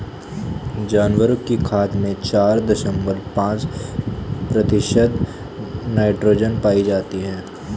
जानवरों की खाद में चार दशमलव पांच प्रतिशत नाइट्रोजन पाई जाती है